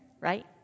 right